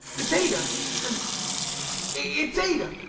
it's ada and a it's ada.